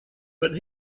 but